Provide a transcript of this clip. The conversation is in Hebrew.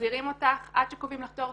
מחזירים אותך עד שקובעים לך תור.